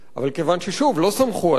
אבל כיוון ששוב, לא סמכו עליהם,